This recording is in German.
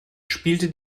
spielte